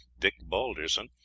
dick balderson,